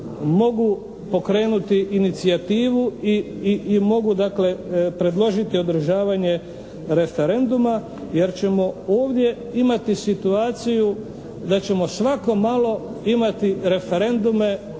mogu pokrenuti inicijativu i mogu dakle predložiti održavanje referenduma, jer ćemo ovdje imati situaciju da ćemo svako malo imati referendume